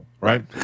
right